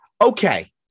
Okay